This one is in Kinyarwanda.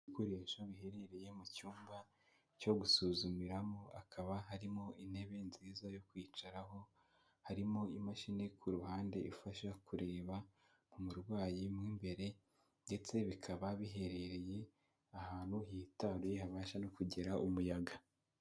Ibikoresho biherereye mu cyumba cyo gusuzumiramo, hakaba harimo intebe nziza yo kwicaraho, harimo imashini ku ruhande ifasha kureba umurwayi w'imbere ndetse bikaba biherereye ahantu hitariye habasha no kugera umuyaga.